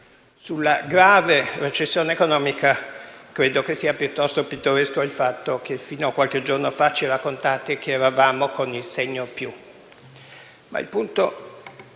Sulla grave recessione economica credo che sia piuttosto pittoresco il fatto che fino a qualche giorno fa ci raccontavate che eravamo con il segno positivo. Ma il punto